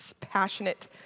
passionate